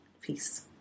Peace